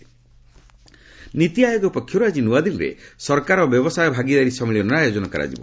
ନୀତି ଆୟୋଗ ନୀତି ଆୟୋଗ ପକ୍ଷରୁ ଆଜି ନୂଆଦିଲ୍ଲୀଠାରେ ସରକାର ଓ ବ୍ୟବସାୟ ଭାଗିଦାରୀ ସମ୍ମିଳନୀର ଆୟୋଜନ କରାଯିବ